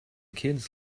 kids